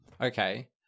okay